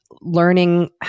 learning